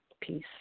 Peace